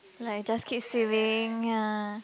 like just keep swimming ya